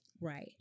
Right